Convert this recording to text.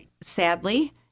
sadly